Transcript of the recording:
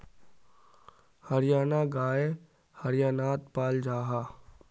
हरयाना गाय हर्यानात पाल जाहा